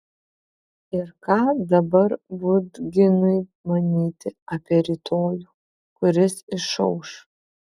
ir ką dabar budginui manyti apie rytojų kuris išauš